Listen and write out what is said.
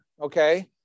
Okay